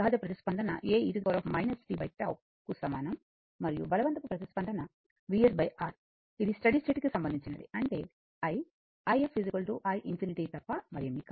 కు సమానం మరియు ఇది బలవంతపు ప్రతిస్పందన Vs R ఇది స్టడీ స్టేట్ కి సంబంధించినది అంటే i if i∞ తప్ప ఏమీ కాదు